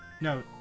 No